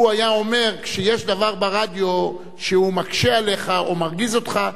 הוא היה אומר: כשיש דבר ברדיו שמקשה עליך או מרגיז אותך,